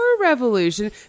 revolution